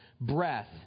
breath